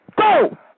Go